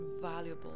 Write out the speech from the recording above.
valuable